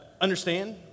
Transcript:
Understand